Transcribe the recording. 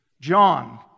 John